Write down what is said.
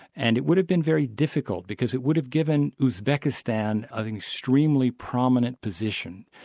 and it would have been very difficult, because it would have given uzbekistan an extremely prominent position,